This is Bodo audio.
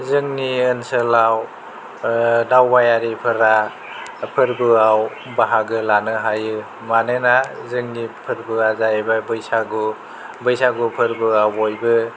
जोंनि ओनसोलाव दावबायारिफोरा फोर्बोआव बाहागो लानो हायो मानोना जोंनि फोर्बोआ जाहैबाय बैसागु बैसागु फोर्बोआव बयबो